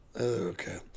Okay